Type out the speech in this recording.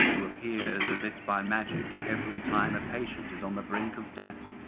who appears as if by and magic every time a patient is on the brink of death.